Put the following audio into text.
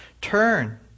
Turn